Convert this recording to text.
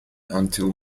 until